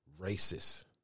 racist